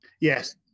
Yes